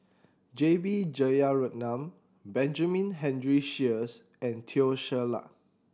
J B Jeyaretnam Benjamin Henry Sheares and Teo Ser Luck